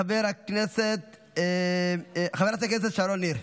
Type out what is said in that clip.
חברת הכנסת שרון ניר.